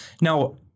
Now